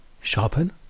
Sharpen